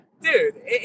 dude